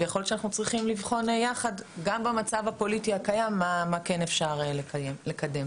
יכול להיות שאנחנו צריכים לבחון יחד מה אפשר לקדם